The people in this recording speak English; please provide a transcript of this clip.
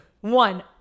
one